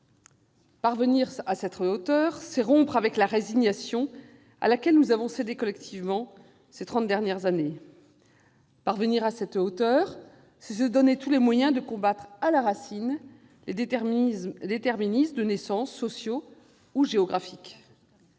Parvenir à cette hauteur, c'est rompre avec la résignation à laquelle nous avons cédé collectivement ces trente dernières années. C'est aussi se donner tous les moyens de combattre à la racine les déterminismes de naissance, sociaux ou géographiques.